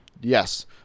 Yes